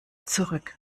zurück